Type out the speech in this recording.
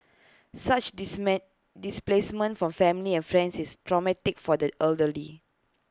such displacement from family and friends is traumatic for the elderly